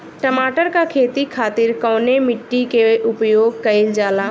टमाटर क खेती खातिर कवने मिट्टी के उपयोग कइलजाला?